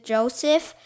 Joseph